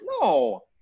No